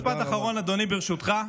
משפט אחרון, אדוני, ברשותך.